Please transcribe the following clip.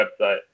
website